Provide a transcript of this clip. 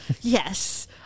yes